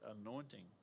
anointing